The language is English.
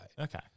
Okay